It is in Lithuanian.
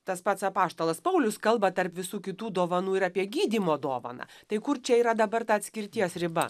tas pats apaštalas paulius kalba tarp visų kitų dovanų ir apie gydymo dovaną tai kur čia yra dabar tą atskirties riba